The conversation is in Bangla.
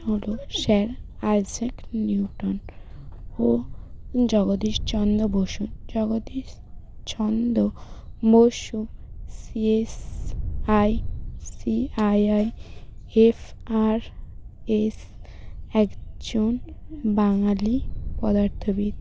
হলো স্যার আইজ্যাক নিউটন ও Jagadish Chandra Bose Jagadish Chandra Bose CSI CIE FRS একজন বাঙালি পদার্থবিদ